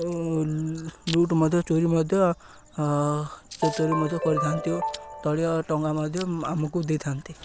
ଓ ଲୁଟ ମଧ୍ୟ ଚୋରି ମଧ୍ୟ ଚୋରି ମଧ୍ୟ କରିଥାନ୍ତି ଦଳୀୟ ଟଙ୍କା ମଧ୍ୟ ଆମକୁ ଦେଇଥାନ୍ତି